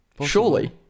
surely